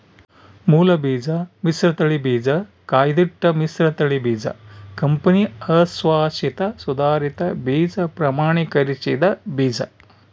ಮೂಲಬೀಜ ಮಿಶ್ರತಳಿ ಬೀಜ ಕಾಯ್ದಿಟ್ಟ ಮಿಶ್ರತಳಿ ಬೀಜ ಕಂಪನಿ ಅಶ್ವಾಸಿತ ಸುಧಾರಿತ ಬೀಜ ಪ್ರಮಾಣೀಕರಿಸಿದ ಬೀಜ